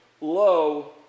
low